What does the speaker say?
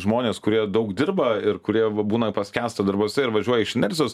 žmonės kurie daug dirba ir kurie va būna paskęsta darbuose ir važiuoja iš inercijos